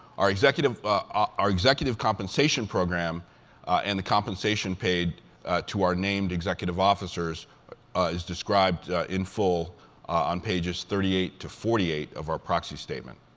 our executive our executive compensation program and the compensation paid to our named executive officers is described in full on pages thirty eight to forty eight of our proxy statement.